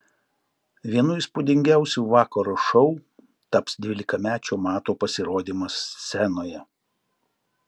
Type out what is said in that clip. vienu įspūdingiausių vakaro šou taps dvylikamečio mato pasirodymas scenoje